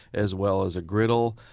as well as a griddle.